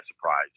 surprise